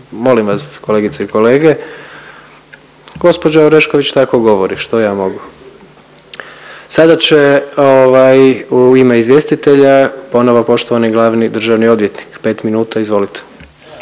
molim vas kolegice i kolege, gđa. Orešković tako govori, što ja mogu. Sada će ovaj u ime izvjestitelja ponovo poštovani glavni državni odvjetnik, 5 minuta izvolite.